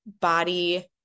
body